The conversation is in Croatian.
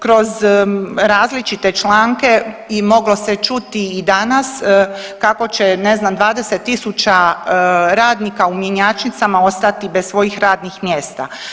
Kroz različite članke i moglo se čuti i danas kako će ne znam 20000 radnika u mjenjačnicama ostati bez svojih radnih mjesta.